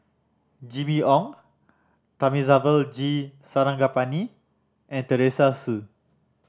Jimmy Ong Thamizhavel G Sarangapani and Teresa Hsu